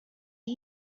are